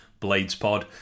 bladespod